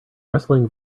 rustling